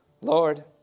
Lord